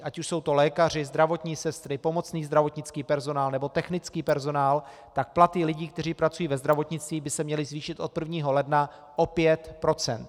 Ať už jsou to lékaři, zdravotní sestry, pomocný zdravotnický personál, nebo technický personál, tak platy lidí, kteří pracují ve zdravotnictví, by se měly zvýšit od 1. ledna o 5 %.